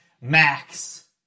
Max